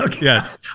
Yes